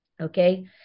Okay